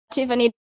Tiffany